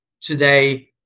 today